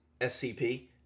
SCP